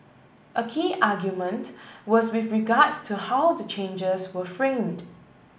a key argument was with regards to how the charges were framed